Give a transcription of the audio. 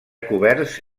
coberts